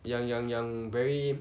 yang yang yang very